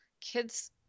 kids